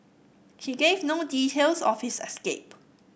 he gave no details of his escape